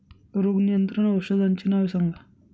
रोग नियंत्रण औषधांची नावे सांगा?